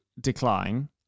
decline